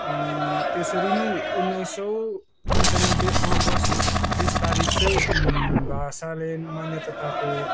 त्यसरी नै उन्नाइसौ पन्चानब्बेमा अगस्त बिस तारिक चाहिँ भाषाले मान्यता पाएको हो